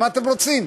מה אתם רוצים?